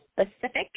specific